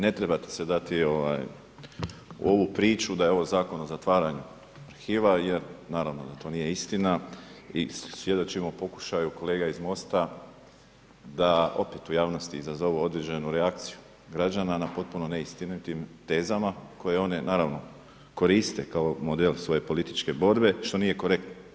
Ne trebate se dati u ovu priču da je ovo zakon o zatvaranju arhiva jer naravno da to nije istina i svjedočimo pokušaju kolega iz Most-a da opet u javnosti izazovu određenu reakciju građana na potpuno ne istinitim tezama koji oni naravno koriste kao model svoje političke borbe što nije korektno.